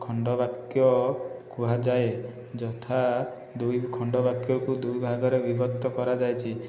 ଖଣ୍ଡବାକ୍ୟ କୁହାଯାଏ ଯଥା ଦୁଇ ଖଣ୍ଡବାକ୍ୟକୁ ଦୁଇ ଭାଗରେ ବିଭକ୍ତ କରାଯାଇଛି